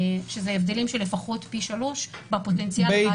שזה בהבדלים של לפחות פי 3 בפוטנציאל ההדבקה.